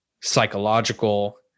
psychological